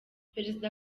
perezida